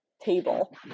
table